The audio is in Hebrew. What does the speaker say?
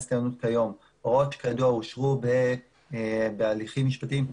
הוראות שכידוע אושרו בהליכים משפטיים,